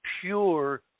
pure